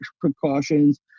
precautions